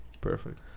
perfect